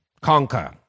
conquer